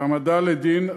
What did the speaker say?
שהעמדה לדין,